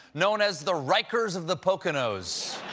known as the rikers of the poconos!